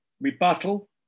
rebuttal